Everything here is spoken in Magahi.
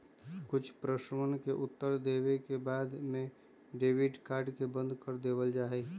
कुछ प्रश्नवन के उत्तर देवे के बाद में डेबिट कार्ड के बंद कर देवल जाहई